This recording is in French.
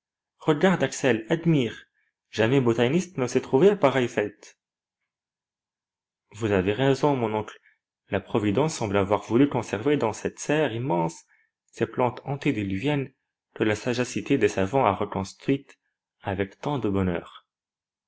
regarde axel admire jamais botaniste ne s'est trouvé à pareille fête vous avez raison mon oncle la providence semble avoir voulu conserver dans cette serre immense ces plantes antédiluviennes que la sagacité des savants a reconstruites avec tant de bonheur